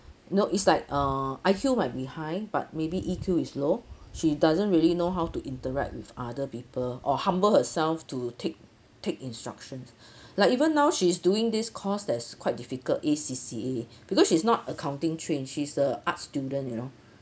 know it's like err I_Q might be high but maybe E_Q is low she doesn't really know how to interact with other people or humble herself to take take instructions like even now she's doing this course there's quite difficult A_C_C because she's not accounting train she's a art student you know